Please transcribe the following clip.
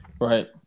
right